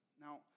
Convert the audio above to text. Now